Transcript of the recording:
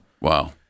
Wow